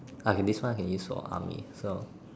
okay this one I can use for army so